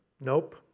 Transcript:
Nope